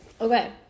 Okay